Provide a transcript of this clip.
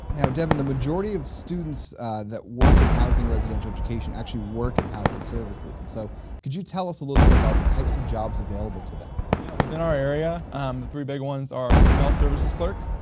now devon the majority of students that work in housing residential education actually work in housing services and so could you tell us a little bit about the types of jobs available to them? yeah within our area um the three big ones are the mail services clerk,